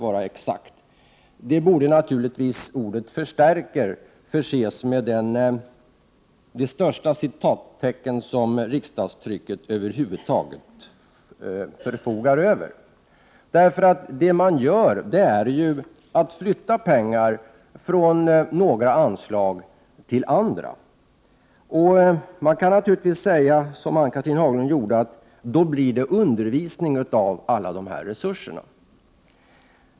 Ordet ”förstärker” borde naturligtvis förses med de största citationstecken som riksdagstrycket över huvud taget förfogar över. Vad man gör är ju att flytta pengar från några anslag till andra. Man kan naturligtvis säga — som Ann-Cathrine Haglund gjorde — att då kommer alla dessa resurser att användas till undervisning.